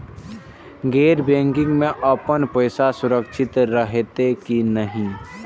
गैर बैकिंग में अपन पैसा सुरक्षित रहैत कि नहिं?